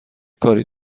کاری